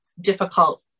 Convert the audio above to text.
difficult